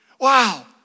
Wow